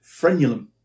Frenulum